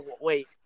Wait